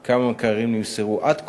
2. כמה מקררים נמסרו עד כה?